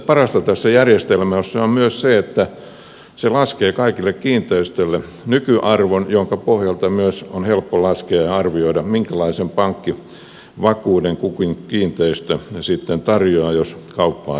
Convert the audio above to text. parasta tässä järjestelmässä on myös se että se laskee kaikille kiinteistöille nykyarvon jonka pohjalta on myös helppo laskea ja arvioida minkälaisen pankkivakuuden kukin kiinteistö sitten tarjoaa jos kauppaa tehdään